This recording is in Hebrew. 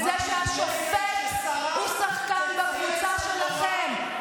בזה שהשופט הוא שחקן בקבוצה שלכם.